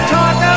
talk